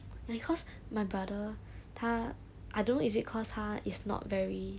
like cause my brother 他 I don't know is it cause 他 is not very